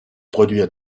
produire